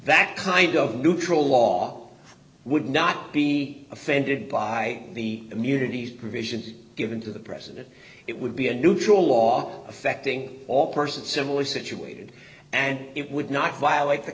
that kind of neutral law would not be offended by the immunities provisions given to the president it would be a neutral law affecting all persons similarly situated and it would not violate the